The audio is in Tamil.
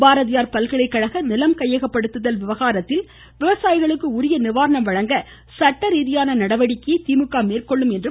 பாரதியார் பல்கலைகழக நிலம் கையகப்படுத்துதல் விவகாரத்தில் விவசாயிகளுக்கு உரிய நிவாரணம் வழங்க சட்ட ரீதியான நடவடிக்கையை திமுக மேற்கொள்ளும் என்றார்